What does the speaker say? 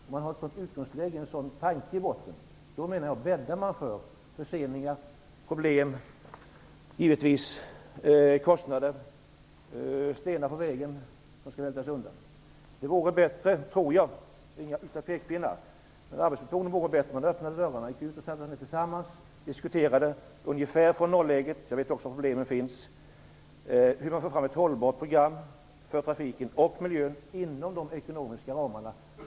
Om man har en sådan tanke bakom det hela då bäddar man för förseningar, problem, ökade kostnader, stenar på vägen. Det vore bättre om man öppnade dörrarna och tillsammans diskuterade från nolläget - jag vet att problem finns - hur man får fram ett hållbart program för trafiken och miljön inom de ekonomiska ramarna.